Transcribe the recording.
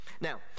Now